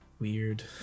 Weird